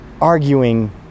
arguing